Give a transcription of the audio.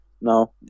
No